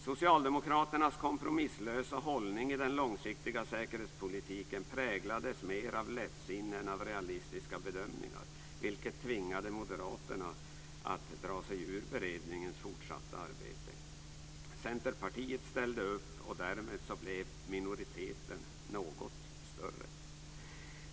Socialdemokraternas kompromisslösa hållning i den långsiktiga säkerhetspolitiken präglades mer av lättsinne än av realistiska bedömningar, vilket tvingade moderaterna att dra sig ur beredningens fortsatta arbete. Centerpartiet ställde upp, och därmed blev minoriteten något större.